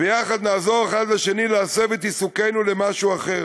ביחד נעזור אחד לשני להסב את עיסוקנו למשהו אחר